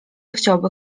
chciałby